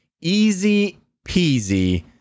easy-peasy